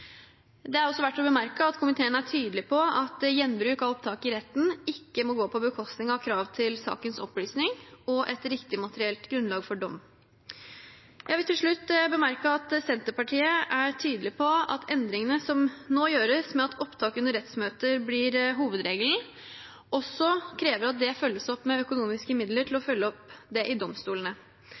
Det er også verdt å bemerke at komiteen er tydelig på at gjenbruk av opptak i retten ikke må gå på bekostning av krav til sakens opplysning og et riktig materielt grunnlag for dom. Jeg vil til slutt bemerke at Senterpartiet er tydelig på at endringene som nå gjøres med at opptak under rettsmøter blir hovedregelen, også krever at det følges opp med økonomiske midler til dette i domstolene. Det gjelder både installasjon av utstyr og opplæring i